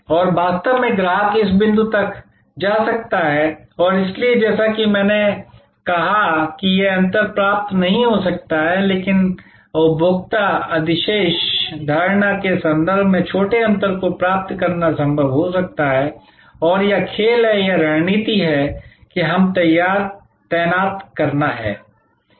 और वास्तव में ग्राहक इस बिंदु तक जा सकता है और इसलिए जैसा कि मैंने कहा कि यह अंतर प्राप्त नहीं हो सकता है लेकिन उपभोक्ता अधिशेष धारणा के संदर्भ में छोटे अंतर को प्राप्त करना संभव हो सकता है और यह खेल है या यह रणनीति है कि हम तैनात करना है